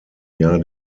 jahr